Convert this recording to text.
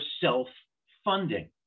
self-funding